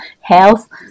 health